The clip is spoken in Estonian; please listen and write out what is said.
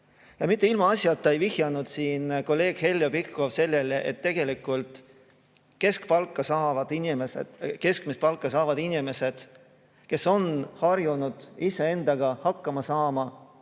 Mitte ilmaasjata ei vihjanud kolleeg Heljo Pikhof sellele, et tegelikult keskmist palka saavad inimesed, kes on harjunud iseendaga hakkama saama,